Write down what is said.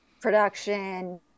production